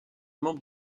membre